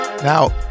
Now